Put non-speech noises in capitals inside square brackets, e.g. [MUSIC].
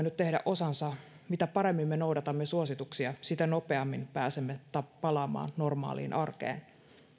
[UNINTELLIGIBLE] nyt tehdä osansa mitä paremmin me noudatamme suosituksia sitä nopeammin pääsemme palaamaan normaaliin arkeen